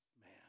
man